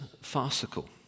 farcical